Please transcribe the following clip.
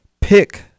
pick